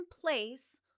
place